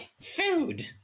food